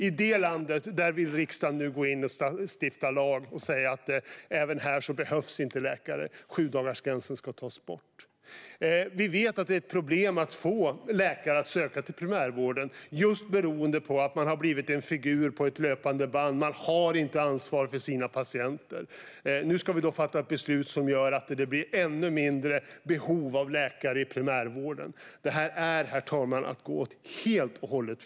I det landet vill riksdagen nu gå in och stifta lag och säga att även här behövs inte läkare. Sjudagarsgränsen ska tas bort. Vi vet att det är ett problem att få läkare att söka till primärvården just beroende på att de har blivit en figur på ett löpande band. De har inte ansvar för sina patienter. Nu ska vi fatta ett beslut som gör att det blir ännu mindre behov av läkare i primärvården. Det är, herr talman, att gå åt helt fel håll.